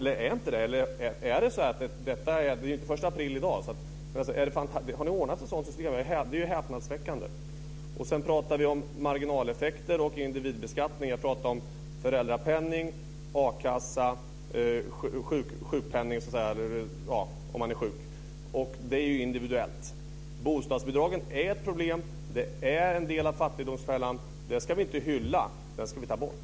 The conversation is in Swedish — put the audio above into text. Det är ju inte första april i dag. Det är häpnadsväckande om ni har kunnat ordna ett sådant system. Sedan pratade vi om marginaleffekter och individbeskattning. Jag pratade om föräldrapenning, akassa och sjukpenning, och de är ju individuella. Bostadsbidragen är ett problem. Det är en del av fattigdomsfällan. Det ska vi inte hylla. Det ska vi ta bort.